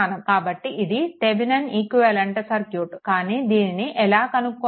కాబట్టి ఇది Thevenin equivalent circuit కానీ దీనిని ఎలా కనుక్కోవాలి